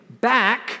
back